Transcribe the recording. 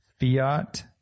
Fiat